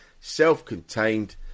self-contained